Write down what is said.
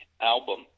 album